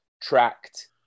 tracked